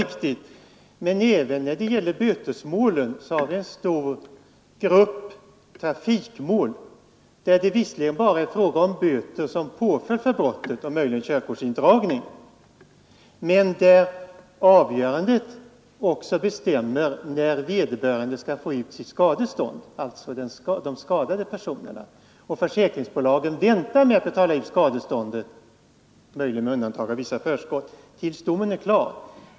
Ja, det må var stor grupp trafikmål, där påföljden för brottet visserligen bara är böter a riktigt, men bland bötesmålen har vi en och möjligen körkortsindragning men där tidpunkten för utbetalningen av ersättningen till de skadade personerna är beroende av avgörandet Försäkringsbolagen väntar nämligen med att betala ut skadeståndet, möjligen med undantag av vissa förskott, tills domen är klar.